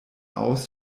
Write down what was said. aus